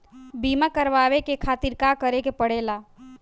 बीमा करेवाए के खातिर का करे के पड़ेला?